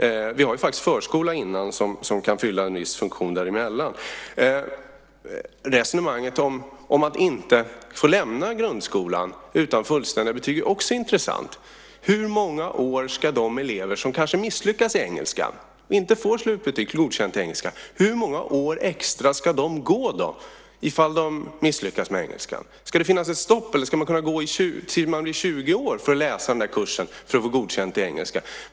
Vi har faktiskt förskola innan som kan fylla en viss funktion däremellan. Resonemanget om att inte få lämna grundskolan utan fullständiga betyg är också intressant. Hur många extra år ska de elever gå som kanske misslyckas i engelskan och inte får slutbetyget Godkänd? Ska det finnas ett stopp, eller ska man kunna gå tills man blir 20 år för att läsa den där kursen för att få Godkänt i engelska?